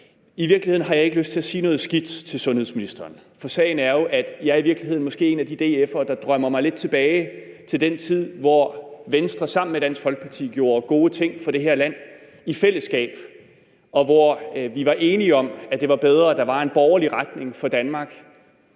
I virkeligheden har jeg ikke lyst til at sige noget skidt til sundhedsministeren, for sagen er jo, at jeg i virkeligheden måske en af de DF'ere, der drømmer sig lidt tilbage til den tid, hvor Venstre sammen med Dansk Folkeparti i fællesskab gjorde gode ting for det her land, hvor vi var enige om, at det var bedre, at der var en borgerlig retning for Danmark,